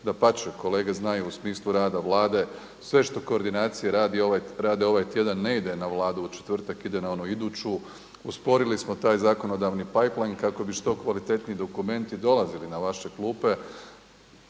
Dapače, kolege znaju u smislu rada Vlade sve što koordinacije rade ovaj tjedan ne ide na Vladu u četvrtak, ide na onu iduću. Osporili smo taj zakonodavni …/Govornik se ne razumije./… kako bi što kvalitetniji dokumenti dolazili na vaše klupe